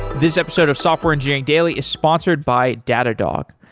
this episode of software engineering daily is sponsored by datadog.